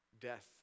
Death